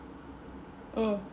mm